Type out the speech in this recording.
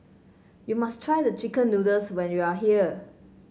you must try the chicken noodles when you are here